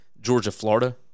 Georgia-Florida